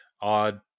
odd